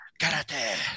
karate